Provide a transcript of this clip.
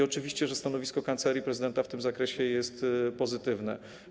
Oczywiście że stanowisko Kancelarii Prezydenta w tym zakresie jest pozytywne.